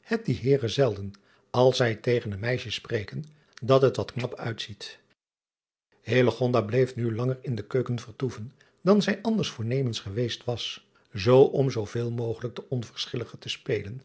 het die eeren zelden als zij tegen een meisje spreken dat et wat knap uitziet driaan oosjes zn et leven van illegonda uisman bleef nu langer in de keuken vertoeven dan zij anders voornemens geweest was zoo om zooveel mogelijk de onverschillige te spelen